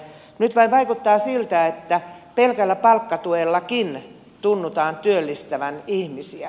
nyt vain vaikuttaa siltä että pelkällä palkkatuellakin tunnutaan työllistävän ihmisiä